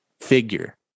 figure